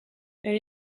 elle